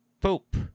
poop